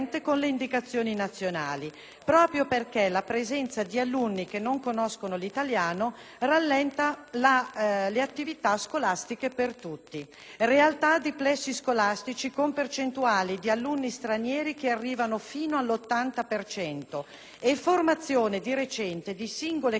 proprio perché la presenza di alunni che non conoscono l'italiano rallenta le attività scolastiche per tutti; realtà di plessi scolastici con percentuali di alunni stranieri che arrivano fino all'80 per cento e formazione, di recente, di singole classi di soli alunni stranieri,